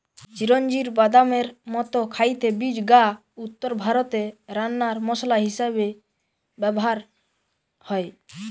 চিরোঞ্জির বাদামের মতো খাইতে বীজ গা উত্তরভারতে রান্নার মসলা হিসাবে ব্যভার হয়